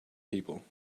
people